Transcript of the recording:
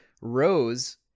Rose